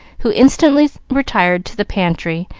who instantly retired to the pantry,